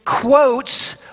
quotes